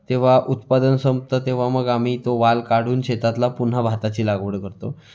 तेव्हा उत्पादन संपतं तेव्हा मग आम्ही तो वाल काढून शेतातला पुन्हा भाताची लागवड करतो